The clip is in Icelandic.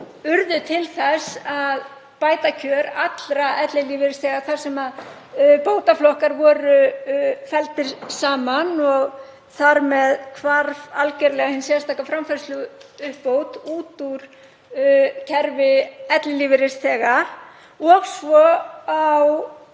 urðu til þess að bæta kjör allra ellilífeyrisþega þar sem bótaflokkar voru felldir saman. Þar með hvarf algerlega hin sérstaka framfærsluuppbót út úr kerfi ellilífeyrisþega. Svo á